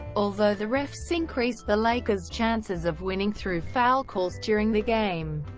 although the refs increased the lakers' chances of winning through foul calls during the game,